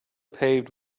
paved